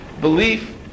belief